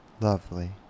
lovely